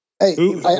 Hey